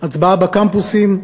הצבעה בקמפוסים,